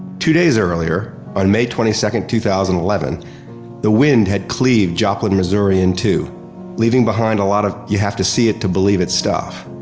two days earlier on may twenty second, two thousand and eleven the wind had cleaved joplin, missouri in two leaving behind a lot of you have to see it to believe it stuff.